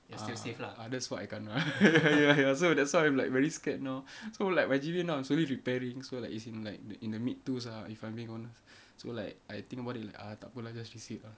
ah ah that's what I kena ya that's why I'm like very scared now so like my G_P_A now I'm slowly repairing so like it's in like in the mid twos ah if I'm being honest so like I think about it ah takpe lah just resit ah